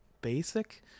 basic